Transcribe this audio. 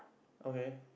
okay